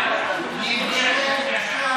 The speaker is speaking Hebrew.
.